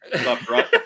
Stop